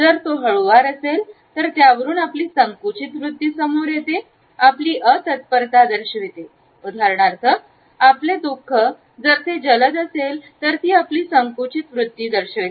जर तो हळूवार असेल तर त्यावरून आपली संकुचित वृत्ती समोर येते आपली अ तत्परता दर्शविते उदाहरणार्थ आपले दुःख जर ते जलद असेल तर ती आपली संकुचित वृत्ती दर्शवते